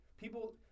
people